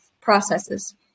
processes